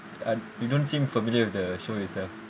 I you don't seem familiar with the show itself